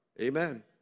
Amen